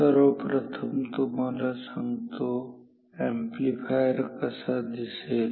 सर्वप्रथम तुम्हाला सांगतो अॅम्प्लीफायर कसा दिसेल